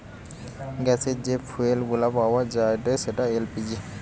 গ্যাসের যে ফুয়েল গুলা পাওয়া যায়েটে যেমন এল.পি.জি